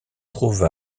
trouve